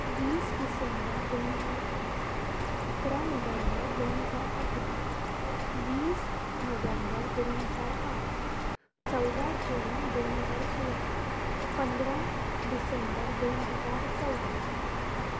वीस डिसेम्बर दोन हजार पाच अकरा नोवेंबर दोन हजार अकरा वीस नोवेंबर दोन हजार पाच चौदा जून दोन हजार सोळा पंधरा डिसेंबर दोन हजार चौदा